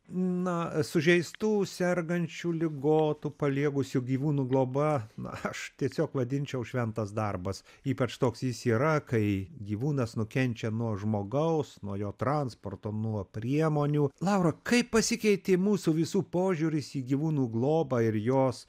na sužeistų sergančių ligotų paliegusių gyvūnų globa na aš tiesiog vadinčiau šventas darbas ypač toks jis yra kai gyvūnas nukenčia nuo žmogaus nuo jo transporto nuo priemonių laura kaip pasikeitė mūsų visų požiūris į gyvūnų globą ir jos